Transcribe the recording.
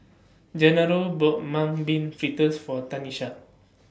Gennaro bought Mung Bean Fritters For Tanisha